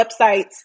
websites